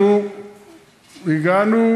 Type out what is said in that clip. אנחנו הגענו